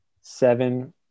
Seven